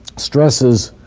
stresses